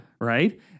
Right